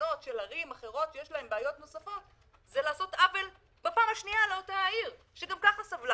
מייד אחרי הבחירות בכוונתי לפעול בשיתוף פעולה עם שר האוצר על מנת לתקן